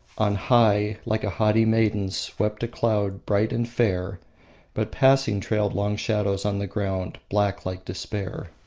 on high, like a haughty maiden, swept a cloud bright and fair but passing, trailed long shadows on the ground, black like despair.